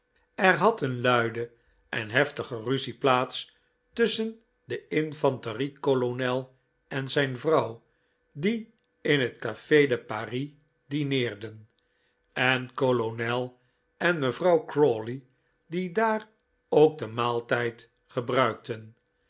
er had een luide en heftige ruzie plaats tusschen den infanterie kolonel en zijn vrouw die in het cafe de paris dineerden en kolonel en mevrouw crawley die daar ook den maaltijd gebruikten